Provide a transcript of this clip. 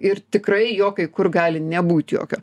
ir tikrai jo kai kur gali nebūt jokio